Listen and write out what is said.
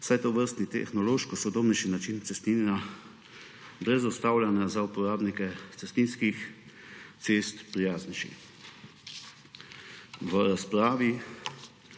je tovrstni tehnološko sodobnejši način cestninjenja brez ustavljanja za uporabnike cestninski cest prijaznejši. V razpravi